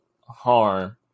harm